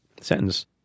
sentence